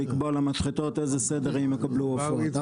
לקבוע למשחטות באיזה סדר הם יקבלו עופות.